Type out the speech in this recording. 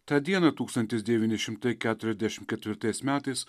tą dieną tūkstantis devyni šimtai keturiasdešim ketvirtais metais